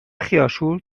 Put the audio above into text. خیارشور